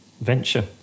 venture